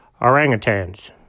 orangutans